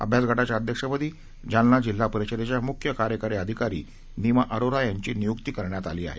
अभ्यासगटाच्या अध्यक्षपदी जालना जिल्हा परिषदेच्या मुख्य कार्यकारी अधिकारी निमा अरोरा यांची नियुक्ती करण्यात आली आहे